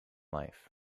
life